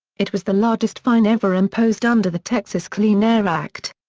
it was the largest fine ever imposed under the texas clean air act.